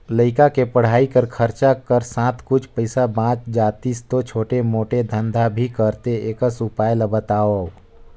लइका के पढ़ाई कर खरचा कर साथ कुछ पईसा बाच जातिस तो छोटे मोटे धंधा भी करते एकस उपाय ला बताव?